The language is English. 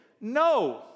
No